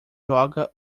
joga